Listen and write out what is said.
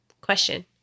Question